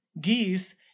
geese